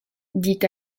dit